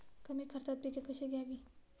कमी खर्चात पिके कशी घ्यावी?